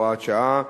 הוראת שעה)